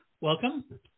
Welcome